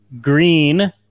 Green